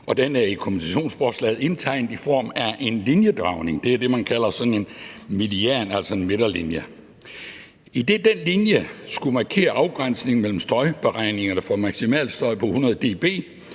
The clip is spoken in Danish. den er i kompensationsforslaget indtegnet i form af en linjedragning. Det er det, man kalder sådan en median, altså en midterlinje. Den linje skulle markere afgrænsningen mellem støjberegningerne for maksimal støj på 100 dB